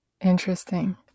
Interesting